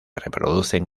reproducen